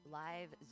live